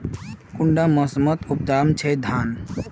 कुंडा मोसमोत उपजाम छै धान?